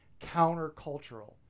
countercultural